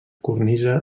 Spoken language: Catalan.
cornisa